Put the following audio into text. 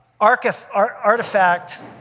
artifact